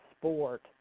sport